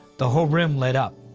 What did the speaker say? the whole room lit up.